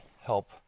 help